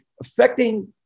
affecting